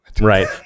right